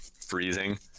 freezing